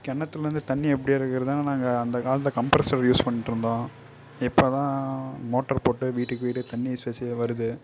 கிணத்துலேருந்து தண்ணீர் எப்படி எடுக்கிறதுனா நாங்கள் அந்தக் காலத்தில் கம்ப்ரசர் யூஸ் பண்ணிட்டு இருந்தோம் இப்போதான் மோட்டர் போட்டு வீட்டுக்கு வீடு தண்ணீர் ஸ்பெசிஃபிகாக வருது